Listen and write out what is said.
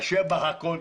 קשה בכול,